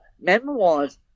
memoirs